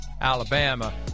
Alabama